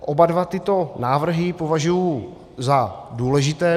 Oba dva tyto návrhy považuji za důležité.